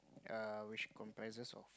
err which comprises of